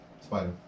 Spider